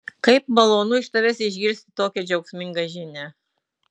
kaip malonu iš tavęs išgirsti tokią džiaugsmingą žinią